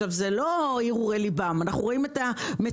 אלה לא הרהורי ליבם אלא אנחנו רואים את המציאות.